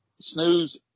Snooze